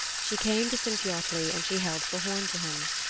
she came to sinfiotli and she held the horn to him.